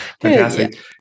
Fantastic